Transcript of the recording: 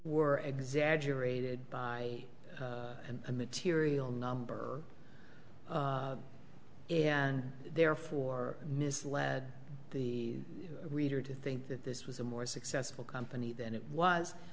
were exaggerated by a material number and therefore misled the reader to think that this was a more successful company then it was